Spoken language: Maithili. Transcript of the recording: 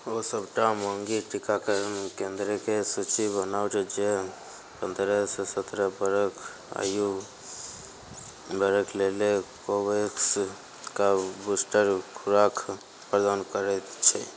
ओ सबटा मँगी टीकाकरण केंद्रके सूची बनाउ जे पंद्रह सऽ सतरह बरख आयु बरख लेल कोवेक्सके बूस्टर खुराक प्रदान करैत छै